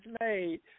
made